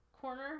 corner